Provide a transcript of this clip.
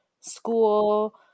school